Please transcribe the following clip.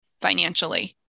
financially